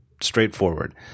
Straightforward